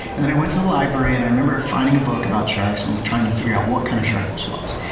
and then i went to the library and i remember finding a book about sharks and trying to figure out what kind of shark this was,